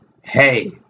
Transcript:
hey